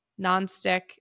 nonstick